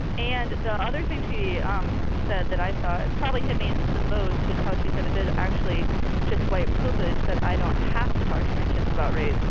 and the other thing she um said that i thought probably hit me the most was how she said it is actually just white privilege that i don't have to talk to my kids about race.